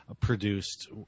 produced